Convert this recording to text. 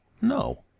no